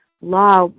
law